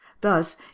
thus